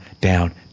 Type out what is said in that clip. down